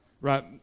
right